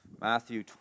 Matthew